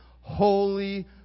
Holy